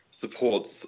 supports